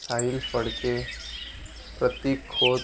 Sahil Phadke Prateek Khot